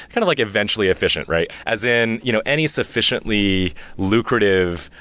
kind of like eventually efficient, right? as in you know any sufficiently lucrative,